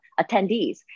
attendees